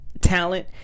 talent